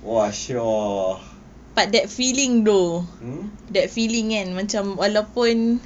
!wah! shiok ah hmm